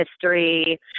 history